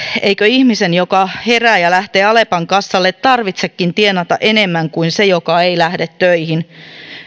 eikö ihmisen joka herää ja lähtee alepan kassalle tarvitsekin tienata enemmän kuin sen joka ei lähde töihin